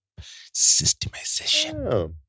systemization